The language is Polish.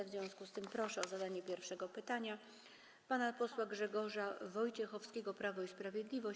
W związku z tym proszę o zadanie pierwszego pytania pana posła Grzegorza Wojciechowskiego, Prawo i Sprawiedliwość.